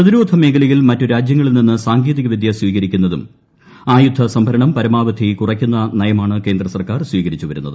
പ്രതിരോധ മേഖലയിൽ മറ്റ് രാജ്യങ്ങളിൽ നിന്ന് സാങ്കേതികവിദ്യ സ്വീകരിക്കുന്നതും ആയുധ സംഭരണം പരമാവധി കുറയ്ക്കുന്ന നയമാണ് കേന്ദ്രസർക്കാർ സ്വീകരിച്ചുവരുന്നത്